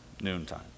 noontime